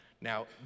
Now